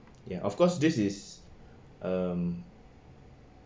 ya of course this is um